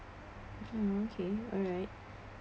mm okay alright